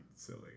silly